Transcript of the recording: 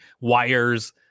wires